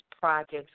projects